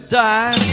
die